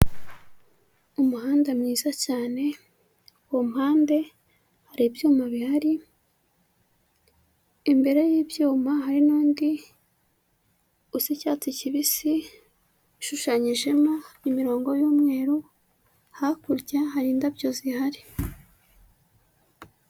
Umuhanda mwiza cyane, ku mpande hari ibyuma bihari, imbere y'ibyuma hari n'undi usa icyatsi kibisi, ushushanyijemo imirongo y'umweru, hakurya hari indabyo zihari.